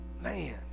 Man